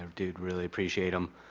dude, really appreciate them.